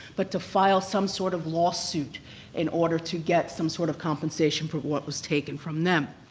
but to file some sort of lawsuit in order to get some sort of compensation for what was taken from them.